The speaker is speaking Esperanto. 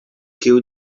kiu